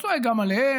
הוא צועק גם עליהם.